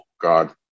God